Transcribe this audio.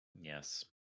yes